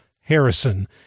Harrison